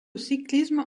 cyclisme